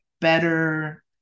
better